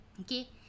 Okay